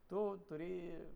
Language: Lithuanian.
tu turi